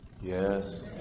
Yes